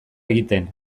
egiten